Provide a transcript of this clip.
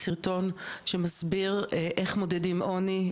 סרטון שמסביר איך מודדים עוני,